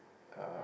uh